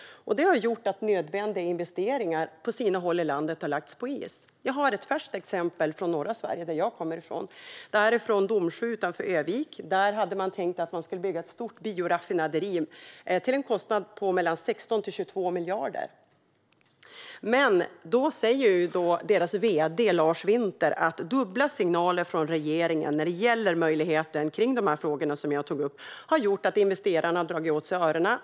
Detta har gjort att nödvändiga investeringar på sina håll i landet har lagts på is. Jag har ett färskt exempel från norra Sverige, som jag kommer från. I Domsjö utanför Örnsköldsvik hade man tänkt bygga ett stort bioraffinaderi till en kostnad av mellan 16 och 22 miljarder. Men vd Lars Winter säger att dubbla signaler från regeringen när det gäller möjligheterna i de frågor som jag tagit upp har gjort att investerarna har dragit öronen åt sig.